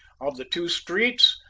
of the two streets,